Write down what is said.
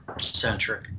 centric